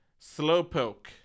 Slowpoke